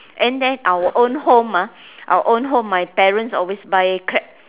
and then our own home ah our own home my parents always buy crab